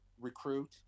recruit